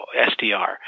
SDR